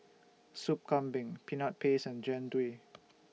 Soup Kambing Peanut Paste and Jian Dui